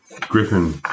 Griffin